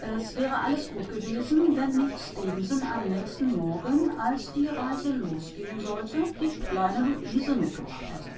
es wäre alles gut gewesen wenn nicht stefenson am nächsten morgen als die reise losgehen sollte die kleine luise mitgebracht hätte